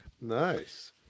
Nice